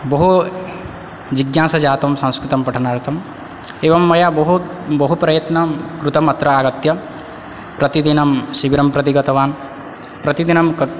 बहु जिज्ञासाजातं संस्कृतं पठनार्तं एवं मया बहु बहु प्रयत्नं कृतम् अत्र आगत्य प्रतिदिनं शिबिरं प्रति गतवान् प्रतिदिनं